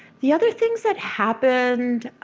the other things that happened,